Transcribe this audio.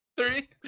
three